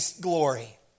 glory